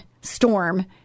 storm